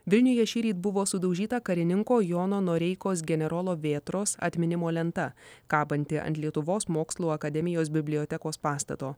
vilniuje šįryt buvo sudaužyta karininko jono noreikos generolo vėtros atminimo lenta kabanti ant lietuvos mokslų akademijos bibliotekos pastato